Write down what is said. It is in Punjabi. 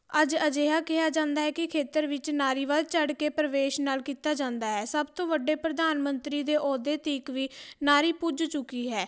ਅੱਜ ਅਜਿਹਾ ਕਿਹਾ ਜਾਂਦਾ ਹੈ ਕਿ ਖੇਤਰ ਵਿੱਚ ਨਾਰੀਵਾਦ ਚੜ ਕੇ ਪ੍ਰਵੇਸ਼ ਨਾਲ ਕੀਤਾ ਜਾਂਦਾ ਹੈ ਸਭ ਤੋਂ ਵੱਡੇ ਪ੍ਰਧਾਨ ਮੰਤਰੀ ਦੇ ਅਹੁਦੇ ਤੱਕ ਵੀ ਨਾਰੀ ਪੁੱਜ ਚੁੱਕੀ ਹੈ